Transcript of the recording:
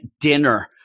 dinner